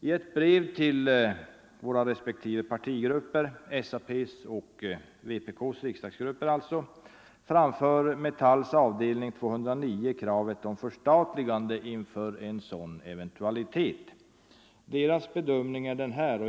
I ett brev till SAP:s och vpk:s riksdagsgrupper framför Metalls avdelning 209 kravet på förstatligande inför en sådan eventualitet.